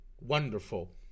Wonderful